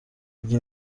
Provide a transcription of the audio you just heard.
اگه